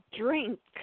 drink